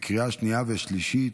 לקריאה שנייה ושלישית.